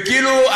וכאילו,